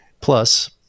Plus